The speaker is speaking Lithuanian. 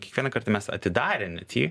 kiekvieną kartą mes atidarę net jį